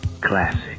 classic